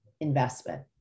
investment